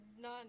None